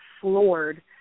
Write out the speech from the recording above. floored